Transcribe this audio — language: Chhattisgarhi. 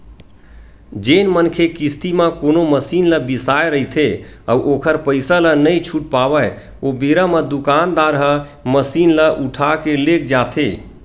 जेन मनखे किस्ती म कोनो मसीन ल बिसाय रहिथे अउ ओखर पइसा ल नइ छूट पावय ओ बेरा म दुकानदार ह मसीन ल उठाके लेग जाथे